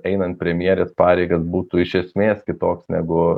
einant premjerės pareigas būtų iš esmės kitoks negu